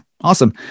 Awesome